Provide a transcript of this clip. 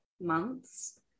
months